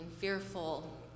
fearful